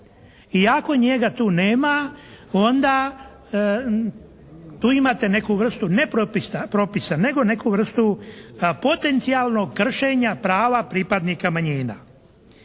I ako njega tu nema onda tu imate neku vrstu ne propisa nego neku vrstu potencijalnog kršenja prava pripadnika manjina.